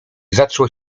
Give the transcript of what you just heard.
zaczął